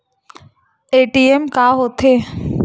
ATM का होथे?